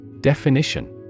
Definition